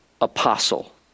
apostle